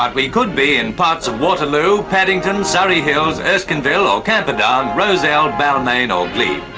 ah we could be in parts of waterloo, paddington, surry hills, erskineville, or camperdown, rozelle, balmain or glebe.